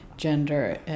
gender